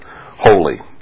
holy